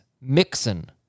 Mixon